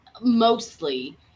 mostly